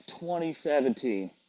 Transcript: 2017